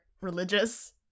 religious